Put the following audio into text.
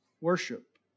worship